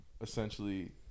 essentially